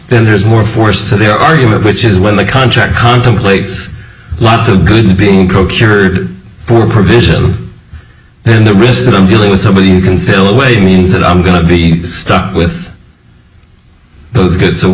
then there's more force to their argument which is when the contract contemplates lots of goods being procured for provision and the rest i'm dealing with somebody you can sail away means that i'm going to be stuck with those good